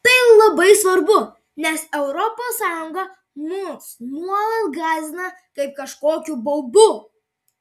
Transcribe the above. tai labai svarbu nes europos sąjunga mus nuolat gąsdina kaip kažkokiu baubu